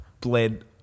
bled